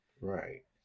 Right